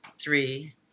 three